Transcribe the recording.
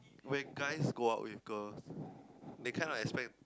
when guys go out with girls they kind of expect